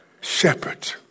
shepherd